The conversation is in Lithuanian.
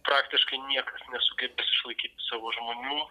praktiškai niekas nesugebės išlaikyti savo žmonių